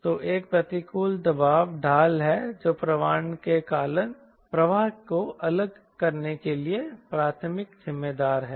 तो एक प्रतिकूल दबाव ढाल है जो प्रवाह को अलग करने के लिए प्राथमिक जिम्मेदार है